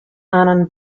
annan